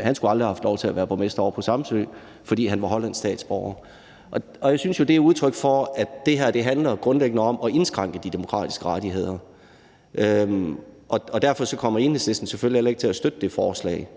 han skulle aldrig have haft lov til at være borgmester ovre på Samsø, fordi han var hollandsk statsborger. Jeg synes jo, det er udtryk for, at det her grundlæggende handler om at indskrænke de demokratiske rettigheder, og derfor kommer Enhedslisten selvfølgelig heller ikke til at støtte det forslag.